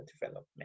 development